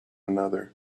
another